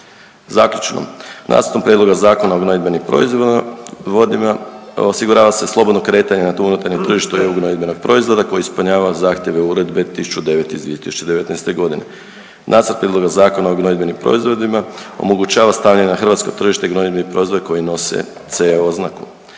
Zaključno, Nacrtom prijedloga Zakona o gnojidbenim proizvodima osigurava se slobodno kretanje na tom unutarnjem tržištu EU gnojidbenog proizvoda koji ispunja zahtjeve Uredbe 1009 iz 2019. godine. Nacrt prijedloga Zakona o gnojidbenim proizvodima omogućava stavljanje na hrvatskog tržište gnojidbenih proizvoda koji nose C oznaku.